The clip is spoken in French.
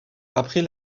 après